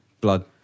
blood